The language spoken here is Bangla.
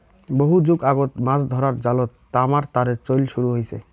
বহু যুগ আগত মাছ ধরার জালত তামার তারের চইল শুরু হইচে